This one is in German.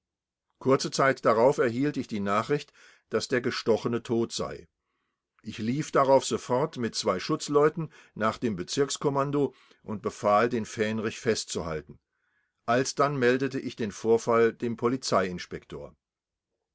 kurze zeit darauf erhielt ich die nachricht daß der gestochene tot sei ich lief darauf sofort mit zwei schutzleuten nach dem bezirkskommando und befahl den fähnrich festzuhalten alsdann meldete ich den vorfall dem polizeiinspektor